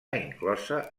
inclosa